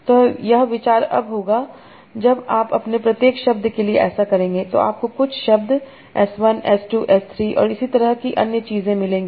तो यह विचार अब होगा जब आप प्रत्येक शब्द के लिए ऐसा करेंगे तो आपको कुछ शब्द S 1 S 2 S 3 और इसी तरह की अन्य चीजें मिलेंगी